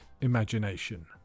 imagination